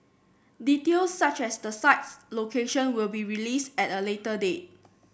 details such as the site's location will be released at a later date